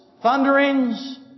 thunderings